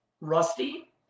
Rusty